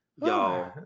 y'all